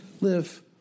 live